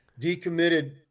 decommitted